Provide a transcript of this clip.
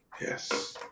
Yes